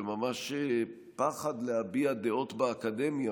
וממש פחד להביע דעות באקדמיה,